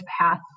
path